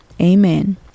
Amen